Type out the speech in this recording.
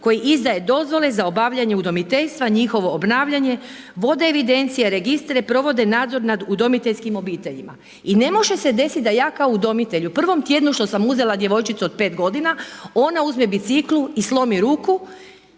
koji izdaje dozvole za obavljanje udomiteljstva, njihovo obnavljanje, vode evidencije, registre, provode nadzor nad udomiteljskim obiteljima. I ne može se desiti da ja kao udomitelju, prvom tjednu što sam uzela djevojčicu od 5 godina ona uzme bicikl i slomi ruku